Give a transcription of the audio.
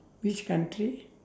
which country